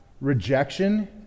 rejection